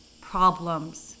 problems